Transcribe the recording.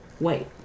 wait